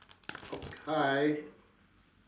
hi